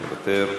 מוותר.